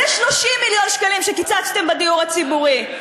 זה 30 מיליון שקלים שקיצצתם בדיור הציבורי.